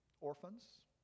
orphans